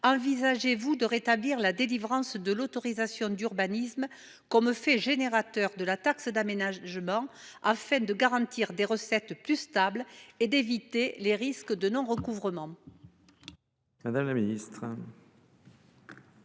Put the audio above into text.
ministre, de rétablir la délivrance de l’autorisation d’urbanisme comme fait générateur de la taxe d’aménagement, afin de garantir des recettes plus stables et d’éviter les risques de non recouvrement ?